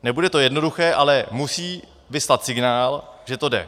Nebude to jednoduché, ale musí vyslat signál, že to jde.